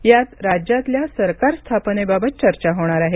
यात राज्यातल्या सरकार स्थापनेबाबत चर्चा होणार आहे